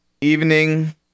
evening